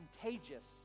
contagious